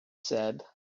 said